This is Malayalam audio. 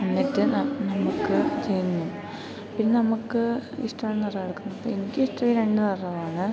എന്നിട്ട് നമുക്ക് ചെയ്യുന്നു പിന്നെ നമുക്ക് ഇഷ്ടമുള്ള നിറം എടുക്കുന്നു എനിക്കിഷ്ടം ഈ രണ്ട് നിറമാണ്